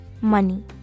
money